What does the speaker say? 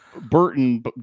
Burton